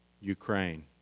Ukraine